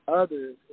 others